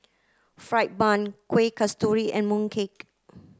fried bun Kuih Kasturi and Mooncake